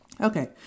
Okay